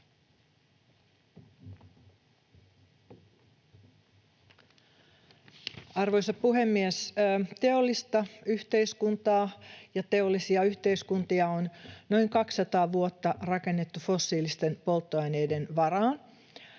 Arvoisa puhemies! Teollista yhteiskuntaa ja teollisia yhteiskuntia on noin 200 vuotta rakennettu fossiilisten polttoaineiden varaan.